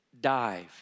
Dive